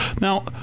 Now